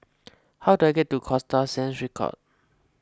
how do I get to Costa Sands